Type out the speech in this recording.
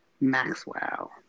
Maxwell